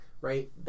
right